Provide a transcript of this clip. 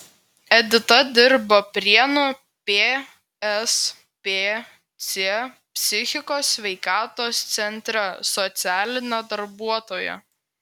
edita dirba prienų pspc psichikos sveikatos centre socialine darbuotoja